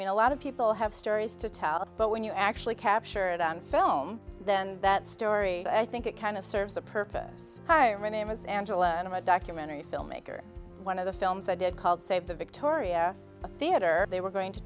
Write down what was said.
i mean a lot of people have stories to tell but when you actually capture them film then that story i think it kind of serves a purpose hieronymus angela and i'm a documentary filmmaker one of the films i did called save the victoria a theater they were going to